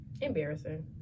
Embarrassing